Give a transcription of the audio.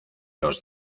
los